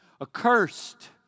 accursed